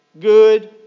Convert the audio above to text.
good